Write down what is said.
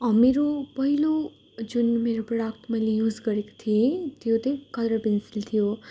मेरो पहिलो जुन मेरो प्रडक्ट मैले युज गरेको थिएँ त्यो त्यही कलर पेन्सिल थियो